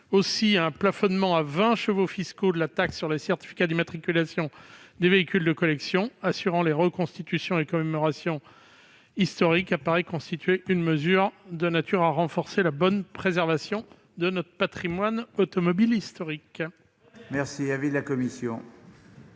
Aussi, le plafonnement à vingt chevaux fiscaux de la taxe sur les certificats d'immatriculation des véhicules de collection assurant les reconstitutions et commémorations historiques apparaît constituer une mesure de nature à renforcer la bonne préservation de notre patrimoine automobile historique. Très bien ! Quel est